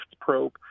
probe